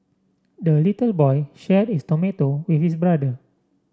the little boy shared his tomato with his brother